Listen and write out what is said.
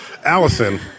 Allison